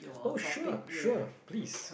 oh sure sure please